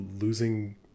losing